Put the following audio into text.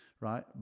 right